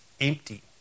empty